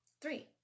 Three